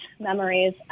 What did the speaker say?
memories